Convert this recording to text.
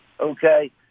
okay